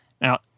Now